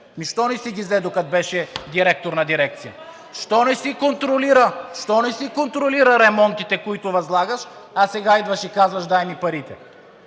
Защо не си ги взе, докато беше директор на дирекция? Защо не си контролира ремонтите, които възлагаш, а сега идваш казваш: „Дай ми парите!“